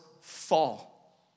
fall